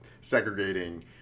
segregating